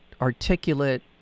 articulate